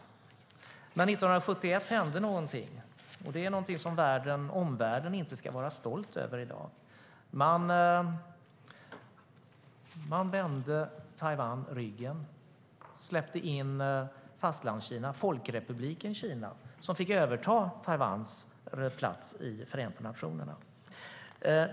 Men 1971 hände någonting, och det är någonting som omvärlden inte ska vara stolt över i dag. Man vände Taiwan ryggen och släppte in Fastlandskina, Folkrepubliken Kina, som fick överta Taiwans plats i Förenta nationerna.